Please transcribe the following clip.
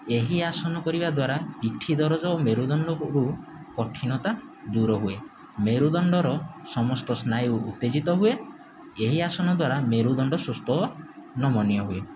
ଏହି ଆସନ କରିବା ଦ୍ୱାରା ପିଠି ଦରଜ ଓ ମେରୁଦଣ୍ଡରୁ କଠିନତା ଦୂର ହୁଏ ମେରୁଦଣ୍ଡର ସମସ୍ତ ସ୍ନାୟୁ ଉତ୍ତେଜିତ ହୁଏ ଏହି ଆସନ ଦ୍ଵାରା ମେରୁଦଣ୍ଡ ସୁସ୍ଥ ଓ ନମନୀୟ ହୁଏ